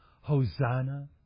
Hosanna